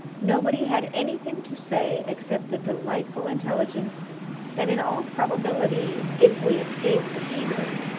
nobody had any thing to say except the delightful intelligence that in all probability, if we escaped the fever,